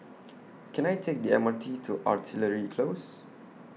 Can I Take The M R T to Artillery Close